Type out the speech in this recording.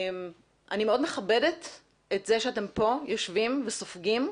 שאני מאוד מכבדת את זה שאתם פה יושבים וסופגים,